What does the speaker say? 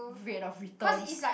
rate of returns